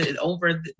over